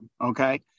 Okay